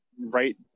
right